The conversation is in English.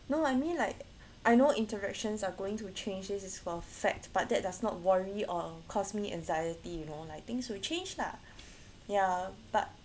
no I mean like I know interactions are going to change this is a fact but that does not worry or cost me anxiety you know like things will change lah ya but